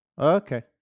okay